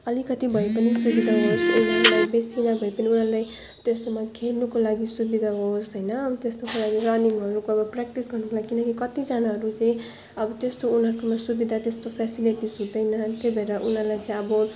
अलिकति भए पनि बेसी नभए पनि उनीहरूलाई त्यस्तोमा खेल्नको लागि सुविधा होस् होइन अब त्यस्तोको लागि रानिङहरूको अब प्रेक्टिस गर्नको लागि किनकि कत्तिजनाहरू चाहिँ अब त्यस्तो उनीहरूकोमा सुविधा त्यस्तो फेसिलिटिज हुँदैन अनि त्यही भएर उनीहरूलाई चाहिँ अब